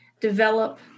develop